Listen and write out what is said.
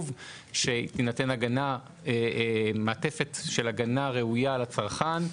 שתינתן מעטפת של הגנה ראויה לצרכן.